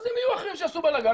אז אם יהיו אחרים שיעשו בלגן,